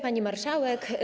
Pani Marszałek!